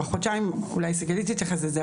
אולי סיגלית תתייחס לזה,